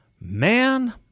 man